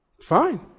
fine